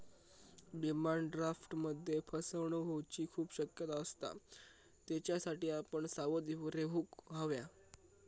demand ड्राफ्टमध्ये फसवणूक होऊची खूप शक्यता असता, त्येच्यासाठी आपण सावध रेव्हूक हव्या